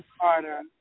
Carter